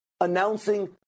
announcing